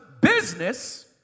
business